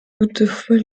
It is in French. toutefois